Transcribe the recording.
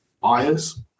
buyers